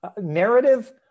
narrative